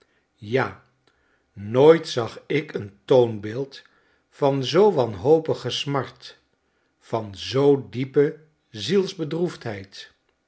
ja nooit zag ik een toonbeeld van zoo wanhopige smart van zoo diepe zielsbedroefdheid